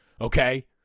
Okay